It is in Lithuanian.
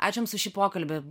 aš jums už šį pokalbį